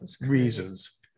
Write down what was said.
reasons